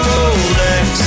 Rolex